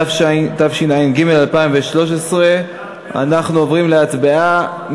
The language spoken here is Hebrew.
התשע"ג 2013. אנחנו עוברים להצבעה,